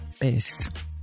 best